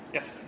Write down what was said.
Yes